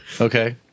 Okay